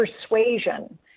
persuasion